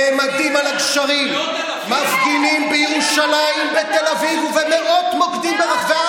נעמדים על הגשרים, מפגינים בירושלים, מאות אלפים?